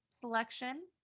selection